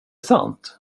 sant